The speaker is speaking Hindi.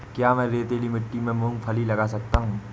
क्या मैं रेतीली मिट्टी में मूँगफली लगा सकता हूँ?